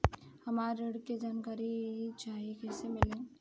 हमरा ऋण के जानकारी चाही कइसे मिली?